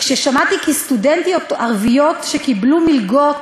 כששמעתי כי סטודנטיות ערביות שקיבלו מלגות